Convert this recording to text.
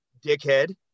Dickhead